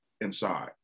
inside